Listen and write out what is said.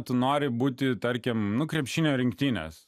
tu nori būti tarkim krepšinio rinktinės